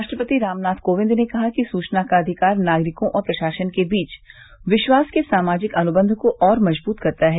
राष्ट्रपति रामनाथ कोविंद ने कहा है कि सूचना का अधिकार नागरिकों और प्रशासन के बीच विश्वास के सामाजिक अनुबन्ध को और मजबूत करता है